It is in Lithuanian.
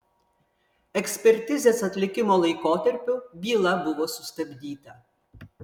ekspertizės atlikimo laikotarpiu byla buvo sustabdyta